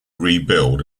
rebuild